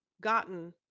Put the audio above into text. gotten